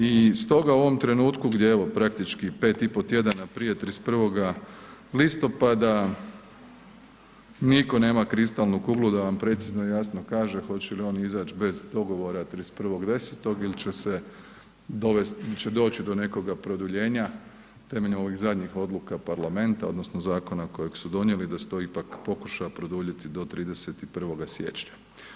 I stoga u ovom trenutku gdje praktički pet i pol tjedana prije 31. listopada niko nema kristalnu kuglu da vam precizno i jasno kaže hoće li on izaći bez dogovora 31.10. ili će se doći do nekoga produljenja, temeljem ovih zadnjih odluka parlamenta odnosno zakona kojeg su donijeli da se to ipak pokuša produljiti do 31. siječnja.